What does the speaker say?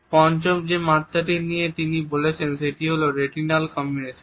পঞ্চম যে মাত্রাটি নিয়ে তিনি বলেছেন সেটি হলো রেটিনাল কম্বিনেশন